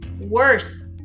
worse